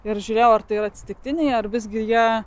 ir žiūrėjau ar tai yra atsitiktiniai ar visgi jie